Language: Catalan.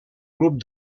grup